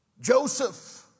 Joseph